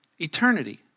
eternity